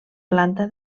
planta